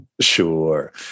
Sure